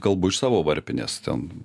kalbu iš savo varpinės ten